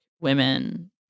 women